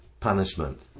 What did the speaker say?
punishment